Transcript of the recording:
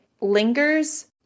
lingers